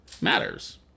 matters